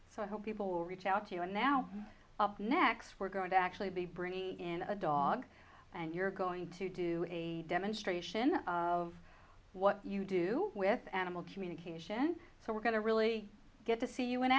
so i hope people will reach out to you and now up next we're going to actually be bringing in a dog and you're going to do a demonstration of what you do with animal communication so we're going to really get to see you